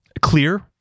clear